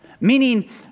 Meaning